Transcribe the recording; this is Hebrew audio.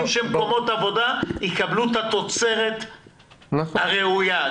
שמקומות עבודה יקבלו את התוצרת הראויה,